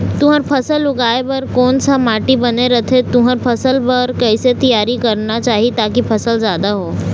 तुंहर फसल उगाए बार कोन सा माटी बने रथे तुंहर फसल बार कैसे तियारी करना चाही ताकि फसल जादा हो?